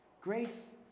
Grace